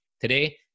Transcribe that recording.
Today